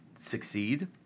succeed